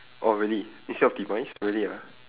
oh really instead of demise really ah